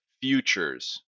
futures